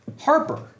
Harper